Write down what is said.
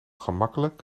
gemakkelijk